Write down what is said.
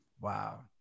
Wow